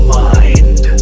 mind